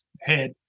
head